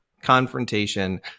confrontation